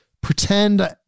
pretend